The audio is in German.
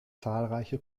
zahlreiche